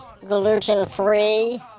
gluten-free